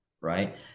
Right